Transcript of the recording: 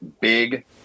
big